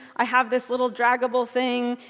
i have this little draggable thing,